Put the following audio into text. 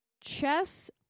chess